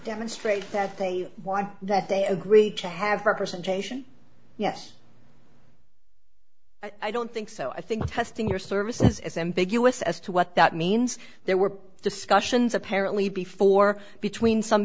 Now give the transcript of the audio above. demonstrate that they whine that they agreed to have representation yes i don't think so i think testing your service is ambiguous as to what that means there were discussions apparently before between some